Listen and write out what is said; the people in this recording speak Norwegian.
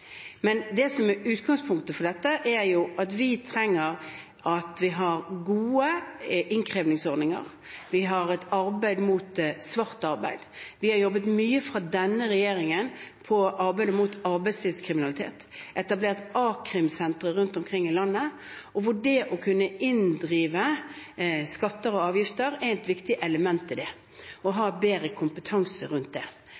Det som er utgangspunktet for dette, er at vi trenger å ha gode innkrevingsordninger. Vi har et arbeid mot svart arbeid – denne regjeringen har jobbet mye mot arbeidslivskriminalitet og etablert a-krimsentre rundt omkring i landet. Det å kunne inndrive skatter og avgifter er et viktig element i det – å ha bedre kompetanse rundt det.